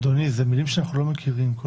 אדוני, אלה מילים שאנחנו לא מכירים.